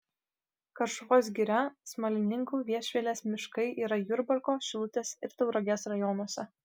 karšuvos giria smalininkų viešvilės miškai yra jurbarko šilutės ir tauragės rajonuose